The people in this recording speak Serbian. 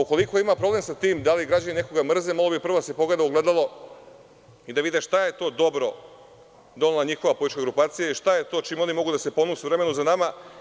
Ukoliko ima problem sa tim da li građani nekoga mrze, mogao bi prvo da se pogleda u ogledalo i da vide šta je to dobro donela njihova politička grupacija i šta je to čime oni mogu da se ponose u vremenu za nama.